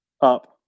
Up